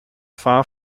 far